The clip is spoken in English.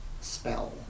spell